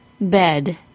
Bed